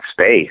space